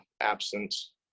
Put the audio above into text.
absence